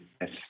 Yes